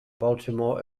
baltimore